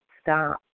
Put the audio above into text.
stop